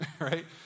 right